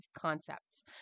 concepts